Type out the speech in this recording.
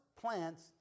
plants